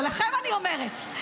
אבל לכם אני אומרת,